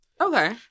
Okay